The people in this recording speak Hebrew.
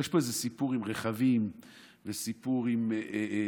יש פה איזה סיפור עם רכבים וסיפור עם מיסוי